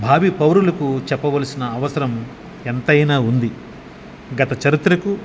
భావి పౌరులుకు చెప్పవలసిన అవసరం ఎంతైనా ఉంది గత చరిత్రకు